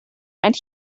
and